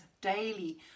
daily